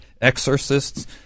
exorcists